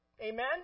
Amen